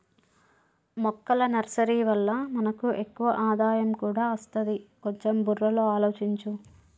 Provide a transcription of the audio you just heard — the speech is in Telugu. మొక్కల నర్సరీ వల్ల మనకి ఎక్కువ ఆదాయం కూడా అస్తది, కొంచెం బుర్రలో ఆలోచించు